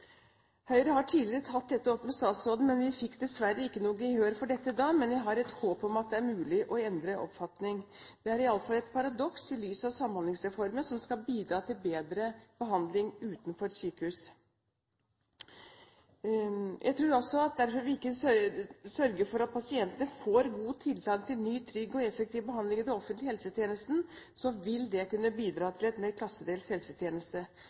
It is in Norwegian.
Høyre har tidligere tatt dette opp med statsråden, men vi fikk dessverre ikke noe gehør for dette da. Men jeg har et håp om at det er mulig å endre oppfatning. Dette er iallfall et paradoks i lys av Samhandlingsreformen, som skal bidra til bedre behandling utenfor sykehus. Jeg tror også at dersom vi ikke sørger for at pasientene får god tilgang til ny, trygg og effektiv behandling i den offentlige helsetjenesten, vil det kunne bidra til en mer klassedelt helsetjeneste.